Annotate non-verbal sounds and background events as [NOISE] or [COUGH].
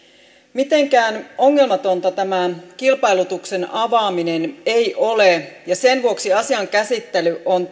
mitenkään ongelmatonta tämän kilpailutuksen avaaminen ei ole ja sen vuoksi asian käsittely on [UNINTELLIGIBLE]